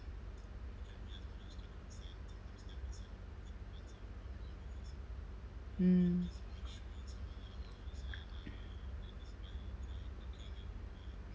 mm